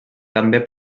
també